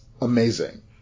amazing